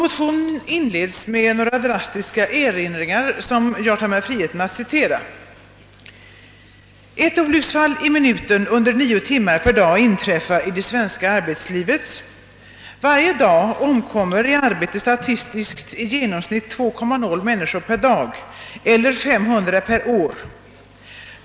Motionerna inleds med några drastiska erinringar, som jag tar mig friheten citera: »Ett olycksfall i minuten under 9 timmar per arbetsdag inträffar i det svenska arbetslivet. Varje dag omkommer i arbete statistiskt i genomsnitt 2,0 människor per dag eller 500 per år.